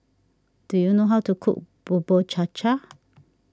do you know how to cook Bubur Cha Cha